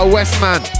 Westman